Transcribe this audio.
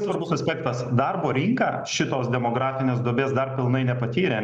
svarbus aspektas darbo rinka šitos demografinės duobės dar pilnai nepatyrė